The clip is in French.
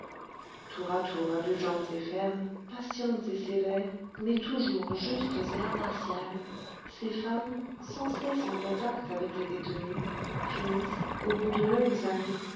tour à tour indulgentes et fermes patientes et sévères mais toujours justes et impartiales ces femmes sans cesse en contact avec les détenues finissent au bout de longues années